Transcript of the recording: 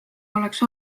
oleks